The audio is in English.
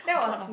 I cannot laugh